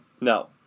No